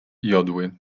jodły